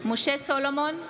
משה סולומון,